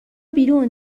بیرون